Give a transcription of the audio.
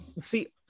See